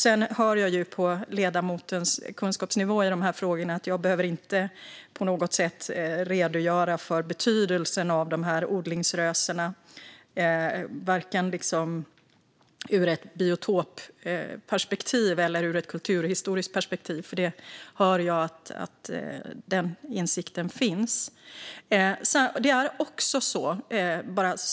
Sedan hör jag på ledamotens kunskapsnivå i dessa frågor att jag inte på något sätt behöver redogöra för betydelsen av odlingsrösen vare sig ur ett biotopperspektiv eller ur ett kulturhistoriskt perspektiv. Jag hör att den insikten finns.